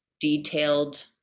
detailed